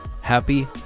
happy